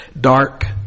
dark